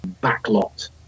back-lot